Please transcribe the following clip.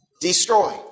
Destroy